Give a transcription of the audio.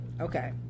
Okay